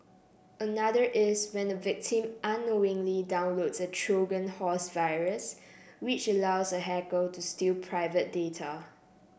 another is when a victim unknowingly downloads a Trojan horse virus which allows a hacker to steal private data